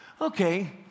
okay